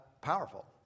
powerful